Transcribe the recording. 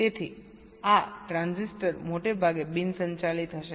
તેથી આ ટ્રાન્ઝિસ્ટર મોટે ભાગે બિન સંચાલિત હશે